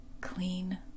clean